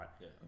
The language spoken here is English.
right